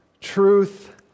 truth